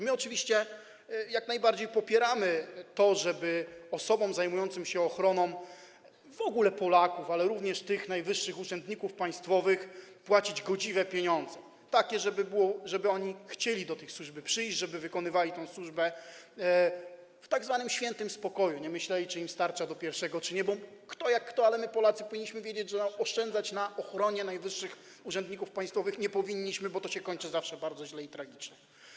My oczywiście jak najbardziej popieramy to, żeby tym, którzy zajmują się ochroną w ogóle Polaków, ale również najwyższych urzędników państwowych, płacić godziwe pieniądze, takie, żeby oni chcieli do tej służby przyjść, żeby pełnili tę służbę w tzw. świętym spokoju, nie myśleli, czy im starcza do pierwszego, czy nie, bo kto jak kto, ale my, Polacy, powinniśmy wiedzieć, że oszczędzać na ochronie najwyższych urzędników państwowych nie powinniśmy, bo to się kończy zawsze bardzo źle i tragicznie.